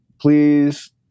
please